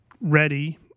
ready